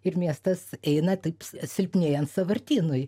ir miestas eina taip silpnėjant sąvartynui